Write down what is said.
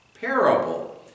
parable